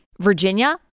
Virginia